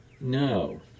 No